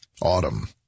Autumn